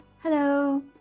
Hello